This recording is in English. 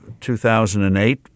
2008